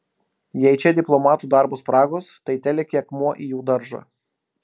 jei čia diplomatų darbo spragos tai telekia akmuo į jų daržą